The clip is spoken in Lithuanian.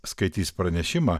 skaitys pranešimą